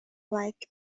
like